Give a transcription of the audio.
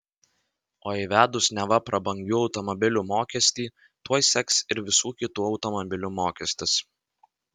o įvedus neva prabangių automobilių mokestį tuoj seks ir visų kitų automobilių mokestis